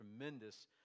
tremendous